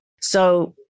So-